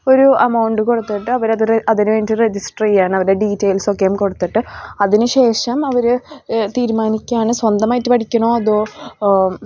ഒരു എമൗണ്ട് കൊടുത്തിട്ട് അവരത് അതിന് വേണ്ടിയിട്ട് രജിസ്റ്റർ ചെയ്യുകയാണ് അവരുടെ ഡീറ്റെയിൽസ് ഒക്കെയും കൊടുത്തിട്ട് അതിന് ശേഷം അവർ തീരുമാനിക്കുകയാണ് സ്വന്തമായിട്ട് പഠിക്കണോ അതോ